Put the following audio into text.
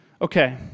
Okay